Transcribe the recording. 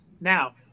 Now